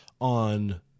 on